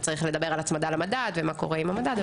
וצריך לדבר על הצמדה למדד ומה קורה עם המדד.